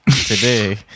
today